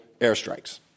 airstrikes